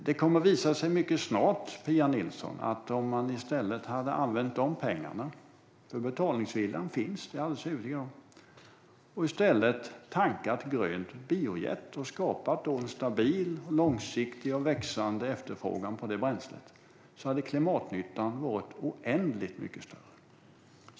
Det kommer vi snart att ha siffror på, fru talman, när den här flygskatten har snurrat lite. Betalningsviljan finns, det är jag alldeles övertygad om, och det kommer visa sig mycket snart, Pia Nilsson, att om man hade använt dessa pengar och i stället tankat grönt biojet och skapat en stabil långsiktig och växande efterfrågan på det bränslet hade klimatnyttan varit oändligt mycket större.